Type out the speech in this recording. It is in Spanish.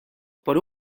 por